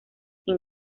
sin